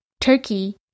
Turkey